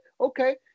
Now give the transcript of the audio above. okay